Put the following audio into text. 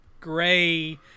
gray